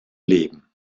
leben